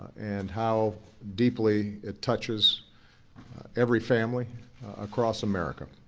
and how deeply it touches every family across america.